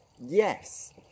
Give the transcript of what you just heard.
yes